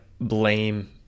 blame